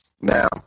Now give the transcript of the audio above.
Now